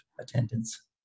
attendance